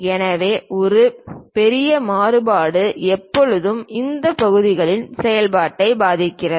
எனவே ஒரு பெரிய மாறுபாடு எப்போதும் இந்த பகுதிகளின் செயல்பாட்டை பாதிக்கிறது